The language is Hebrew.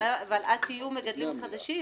אבל עד שיהיו מגדלים חדשים